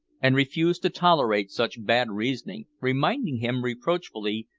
and refused to tolerate such bad reasoning, reminding him, reproachfully,